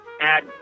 add